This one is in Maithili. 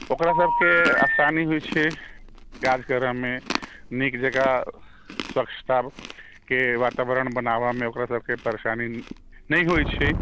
ओकरासबके आसानी होइ छै काज करैमे नीक जकाँ स्वच्छताके वातावरण बनाबऽ मे ओकरासबके परेशानी नहि होइ छै